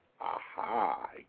Aha